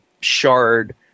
shard